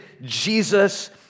Jesus